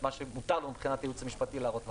מה שמותר לנו מבחינת הייעוץ המשפטי להראות לכם.